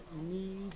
need